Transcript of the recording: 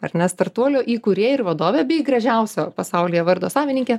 ar ne startuolio įkūrėja ir vadove bei gražiausio pasaulyje vardo savininke